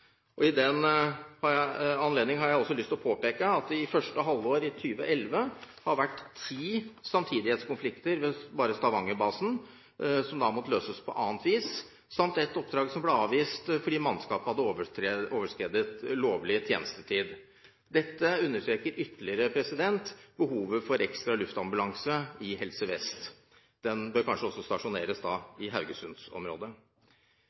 I den anledning har jeg også lyst til å påpeke at det i første halvår i 2011 har vært ti samtidighetskonflikter bare ved Stavanger-basen, som har måttet løses på annet vis, samt et oppdrag som ble avvist fordi mannskapene hadde overskredet lovlig tjenestetid. Dette understreker ytterligere behovet for ekstra luftambulanse i Helse Vest. Den bør kanskje også stasjoneres